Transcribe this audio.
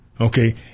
Okay